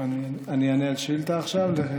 אני אענה על השאילתה עכשיו?